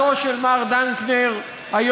במשפט סיכום אחד אני